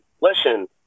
listen